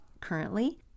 currently